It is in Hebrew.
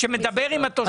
שמדבר עם התושבים.